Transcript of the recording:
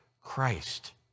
Christ